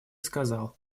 сказал